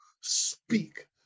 speak